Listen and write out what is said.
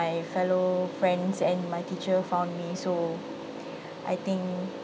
fellow friends and my teacher found me so I think